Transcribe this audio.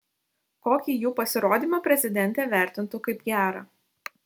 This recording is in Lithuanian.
kokį jų pasirodymą prezidentė vertintų kaip gerą